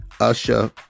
Usher